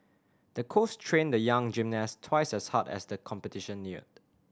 the coach trained the young gymnast twice as hard as the competition neared